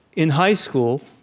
in high school,